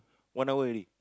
one hour already